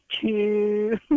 two